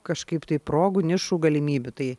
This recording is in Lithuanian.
kažkaip tai progų nišų galimybių tai